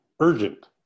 Urgent